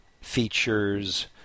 features